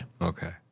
Okay